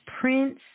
Prince